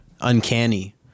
uncanny